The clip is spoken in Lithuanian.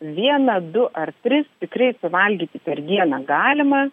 vieną du ar tris tikrai suvalgyti per dieną galima